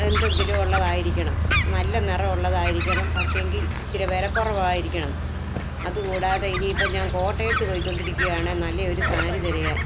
എന്തെങ്കിലും ഉള്ളതായിരിക്കണം നല്ല നിറം ഉള്ളതായിരിക്കണം പക്ഷേങ്കില് ഇച്ചിരെ വിലക്കുറവായിരിക്കണം അതുകൂടാതെ ഇനിയിപ്പോള് ഞാന് കോട്ടയത്ത് പോയ്കൊണ്ടിരിക്കുകയാണ് നല്ലെയൊരു സാരി തിരയാൻ